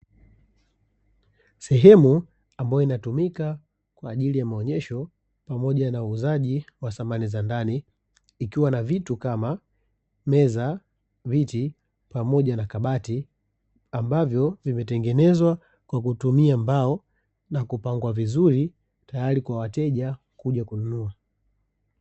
Sehemu ambayo inayotumika kwa ajili ya maonesho pamoja na huuzaji wa thamani za ndani ikiwa na vitu kama meza, viti pamoja na kabati ambavyo vimetengenezwa kwa kutumia mbao na kupangwa vizuri tayari kwa wateja kuja kununua.